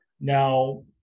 now